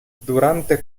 durante